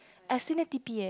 I stay near T_P eh